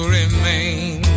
remain